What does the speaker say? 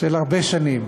של הרבה שנים.